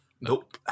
Nope